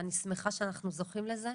אני שמחה שאנחנו זוכים לזה.